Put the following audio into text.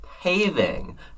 paving